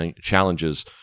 challenges